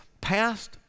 Past